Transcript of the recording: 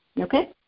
Okay